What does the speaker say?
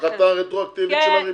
שזה הפחתה רטרואקטיבית של הריבית.